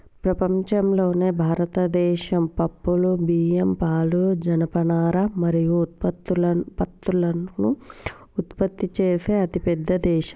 ప్రపంచంలోనే భారతదేశం పప్పులు, బియ్యం, పాలు, జనపనార మరియు పత్తులను ఉత్పత్తి చేసే అతిపెద్ద దేశం